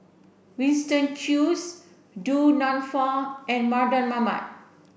Winston Choos Du Nanfa and Mardan Mamat